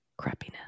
crappiness